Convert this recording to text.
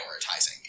prioritizing